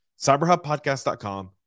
Cyberhubpodcast.com